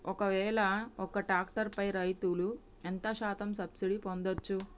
ఒక్కవేల ఒక్క ట్రాక్టర్ పై రైతులు ఎంత శాతం సబ్సిడీ పొందచ్చు?